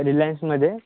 रिलायन्समध्ये